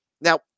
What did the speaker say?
Now